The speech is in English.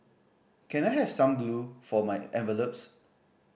can I have some glue for my envelopes